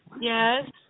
Yes